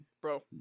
Bro